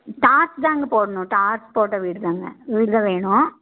தார்சு தாங்க போடணும் தார்சு போட்ட வீடு தாங்க வீடு தான் வேணும்